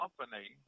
company